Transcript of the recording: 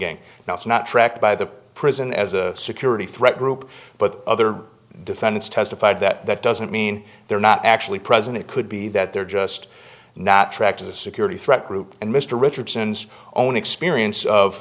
gang now it's not tracked by the prison as a security threat group but other defendants testified that that doesn't mean they're not actually present it could be that they're just not track to the security threat group and mr richardson's own experience of